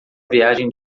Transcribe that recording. viagem